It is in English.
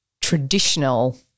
traditional